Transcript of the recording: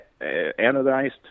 anodized